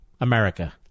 America